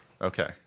Okay